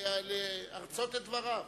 להרצות את דבריו.